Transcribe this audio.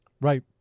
Right